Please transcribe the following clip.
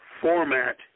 format